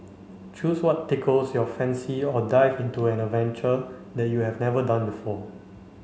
choose what tickles your fancy or dive into an adventure that you have never done before